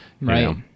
right